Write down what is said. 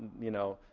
you know,